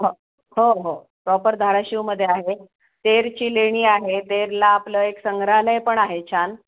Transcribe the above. हो हो हो प्रॉपर धाराशिवमध्ये आहेत तेरची लेणी आहे तेरला आपलं एक संग्रहालय पण आहे छान